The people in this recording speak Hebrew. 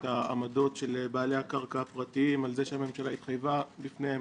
את העמדות של בעלי הקרקע הפרטיים על זה שהממשלה התחייבה בפניהם,